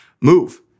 move